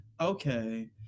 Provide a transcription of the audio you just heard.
okay